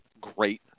great